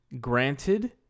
Granted